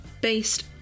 based